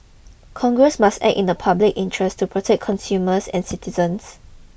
congress must act in a public interest to protect consumers and citizens